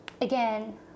again